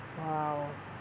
!wow!